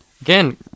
Again